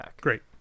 Great